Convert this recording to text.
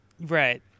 Right